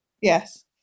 Yes